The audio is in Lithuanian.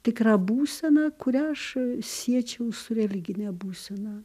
tikrą būseną kurią aš siečiau su religine būsena